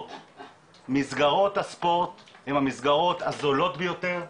מסגרות הספורט הן המסגרות הזולות ביותר,